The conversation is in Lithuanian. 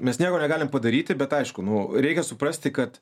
mes nieko negalim padaryti bet aišku nu reikia suprasti kad